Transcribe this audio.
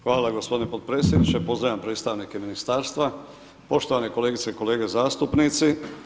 Hvala vam gospodine podpredsjedniče, pozdravljam predstavnike Ministarstva, poštovane kolegice i kolege zastupnici.